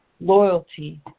loyalty